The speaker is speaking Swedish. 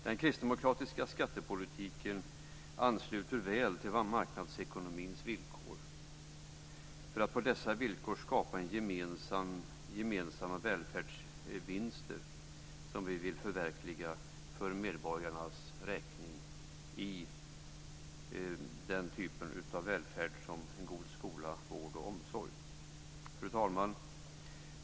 Den kristdemokratiska skattepolitiken ansluter väl till marknadsekonomins villkor för att på dessa villkor skapa gemensamma välfärdsvinster som vi vill förverkliga för medborgarnas räkning i den typ av välfärd som en god skola, vård och omsorg innebär. Fru talman!